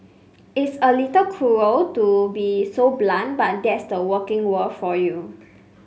it's a little cruel to be so blunt but that's the working world for you